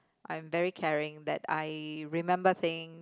I'm very caring that I remember thing